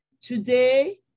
today